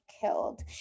killed